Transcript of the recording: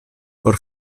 por